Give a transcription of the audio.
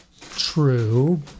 true